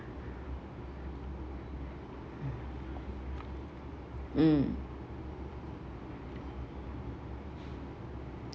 mm